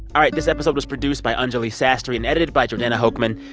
all right, this episode was produced by anjuli sastry and edited by jordana hochman.